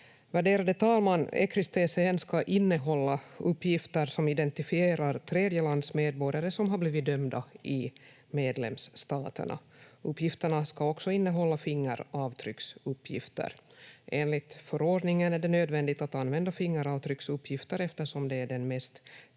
Värderade talman! ECRIS-TCN ska innehålla uppgifter som identifierar tredjelandsmedborgare som har blivit dömda i medlemsstaterna. Uppgifterna ska också innehålla fingeravtrycksuppgifter. Enligt förordningen är det nödvändigt att använda fingeravtrycksuppgifter eftersom det är den mest